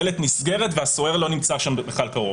הדלת נסגרת והסוהר לא נמצא שם קרוב.